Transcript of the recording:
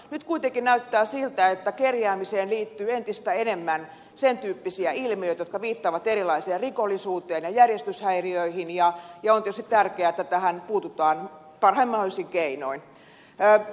nyt kuitenkin näyttää siltä että kerjäämiseen liittyy entistä enemmän sen tyyppisiä ilmiöitä jotka viittaavat rikollisuuteen ja järjestyshäiriöihin ja on tietysti tärkeää että tähän puututaan parhain mahdollisin keinoin